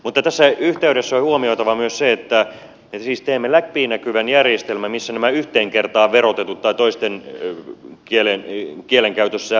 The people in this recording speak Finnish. mutta tässä yhteydessä on huomioitava myös se että me siis teemme läpinäkyvän järjestelmän missä nämä yhteen kertaan verotetut tai toisten kielenkäytössä verovapaat osingot poistetaan